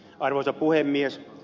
arvoisa puhemies